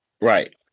Right